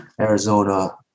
Arizona